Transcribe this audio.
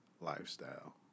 lifestyle